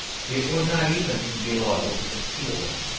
it would not even be loyal to conceal them.